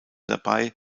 dabei